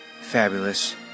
fabulous